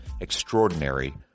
extraordinary